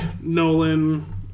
Nolan